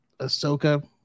Ahsoka